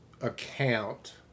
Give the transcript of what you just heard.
account